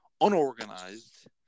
unorganized